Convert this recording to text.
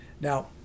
Now